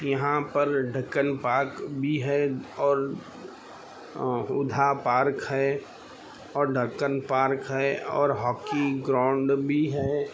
یہاں پر ڈکن پارک بھی ہے اور اودھا پارک ہے اور ڈکن پارک ہے اور ہاکی گراؤنڈ بھی ہے